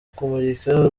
kumurika